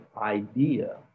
idea